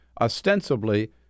ostensibly